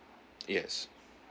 yes